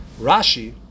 Rashi